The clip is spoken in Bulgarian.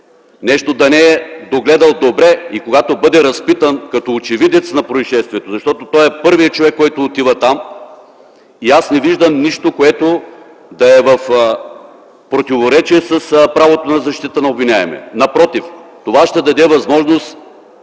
нещо да не е догледал добре. И когато бъде разпитан като очевидец на произшествието, защото той е първият човек, който отива там, аз не виждам нищо, което да е в противоречие на правото на защита на обвиняемия. Напротив, това ще даде възможност